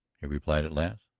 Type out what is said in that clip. he replied at last.